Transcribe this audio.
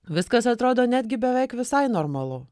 viskas atrodo netgi beveik visai normalu